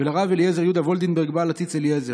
ולרב אליעזר יהודה ולדנברג בעל הציץ אליעזר.